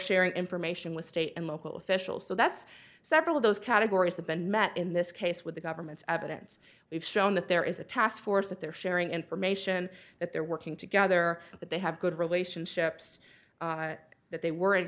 sharing information with state and local officials so that's several of those categories to been met in this case with the government's evidence we've shown that there is a task force that they're sharing information that they're working together but they have good relationships that they were in